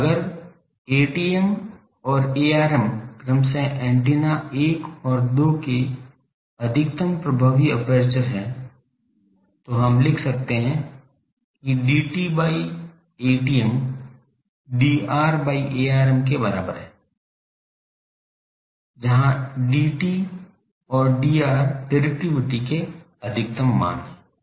तो अगर Atm और Arm क्रमशः एंटीना 1 और 2 के अधिकतम प्रभावी एपर्चर हैं तो हम लिख सकते हैं कि Dt by Atm Dr by Arm के बराबर है जहाँ Dt और Dr डिरेक्टिविटी के अधिकतम मान हैं